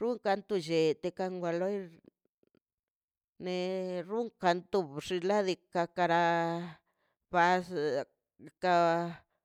runka ka llet tikan war loi ne runkan to bxiladika ka gas ka.